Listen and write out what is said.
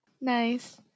Nice